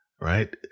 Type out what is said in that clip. right